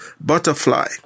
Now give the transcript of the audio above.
butterfly